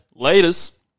laters